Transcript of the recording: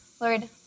Lord